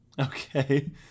Okay